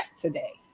today